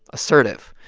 assertive.